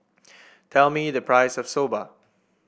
tell me the price of Soba